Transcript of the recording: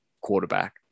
quarterback